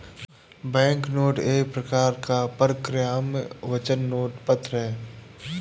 banknote एक प्रकार का परक्राम्य वचन पत्र है